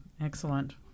Excellent